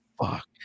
fuck